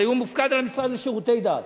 הרי הוא מופקד על המשרד לשירותי דת,